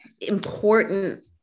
important